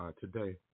today